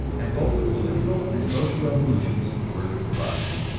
and both the political and social revolutions were crushed.